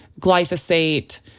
glyphosate